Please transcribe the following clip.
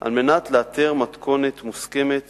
על מנת לאתר מתכונת מוסכמת